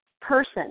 person